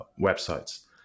websites